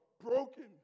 broken